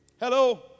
Hello